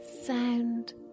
sound